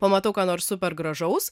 pamatau ką nors super gražaus